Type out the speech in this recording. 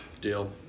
Deal